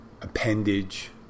appendage